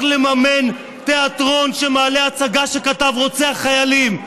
לממן תיאטרון שמעלה הצגה שכתב רוצח חיילים.